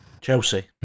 Chelsea